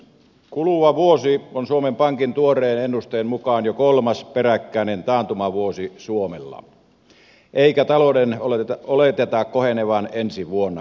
kuluva vuosi on suomen pankin tuoreen ennusteen mukaan jo kolmas peräkkäinen taantumavuosi suomella eikä talouden oleteta kohenevan ensi vuonnakaan